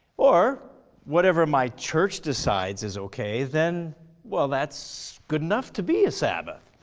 or whatever my church decides is okay, then well that's good enough to be a sabbath?